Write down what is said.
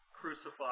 crucified